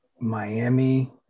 Miami